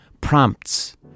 prompts